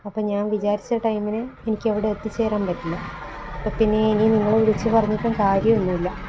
അപ്പം ഞാന് വിചാരിച്ച ടൈമിന് എനിക്കവിടെ എത്തിച്ചേരാന് പറ്റില്ല അപ്പം പിന്നെ ഇനി നിങ്ങൾ വിളിച്ച് പറഞ്ഞിട്ടും കാര്യമൊന്നുല്ല